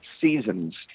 seasons